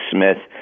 Smith